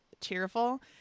cheerful